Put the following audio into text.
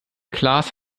klaas